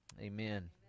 amen